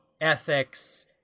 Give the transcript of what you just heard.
ethics